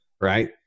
right